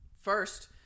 First